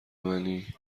منی